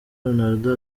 ronaldo